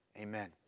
amen